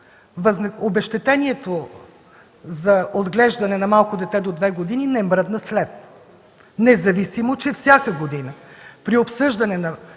обезщетението за отглеждане на малко дете до две години не мръдна с лев, независимо че всяка година при обсъждане на